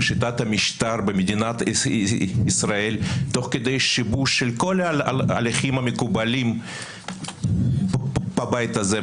בשיטת המשטר במדינת ישראל תוך שיבוש של כל ההליכים המקובלים בבית הזה.